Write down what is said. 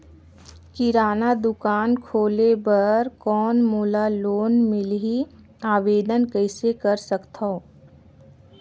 किराना दुकान खोले बर कौन मोला लोन मिलही? आवेदन कइसे कर सकथव?